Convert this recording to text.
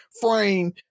frame